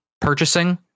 purchasing